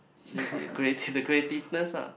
creative the creativeness lah